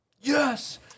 Yes